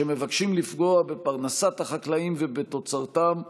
שמבקשים לפגוע בפרנסת החקלאים ובתוצרתם,